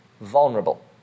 vulnerable